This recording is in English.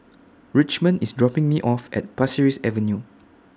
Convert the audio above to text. Richmond IS dropping Me off At Pasir Ris Avenue